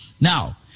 Now